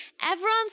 Everyone's